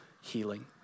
healing